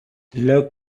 look